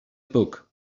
book